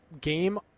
game